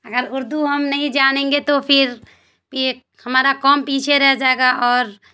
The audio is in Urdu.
اگر اردو ہم نہیں جانیں گے تو پھر ایک ہمارا قوم پیچھے رہ جائے گا اور